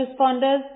responders